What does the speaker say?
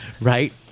Right